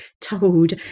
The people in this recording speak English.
told